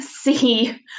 see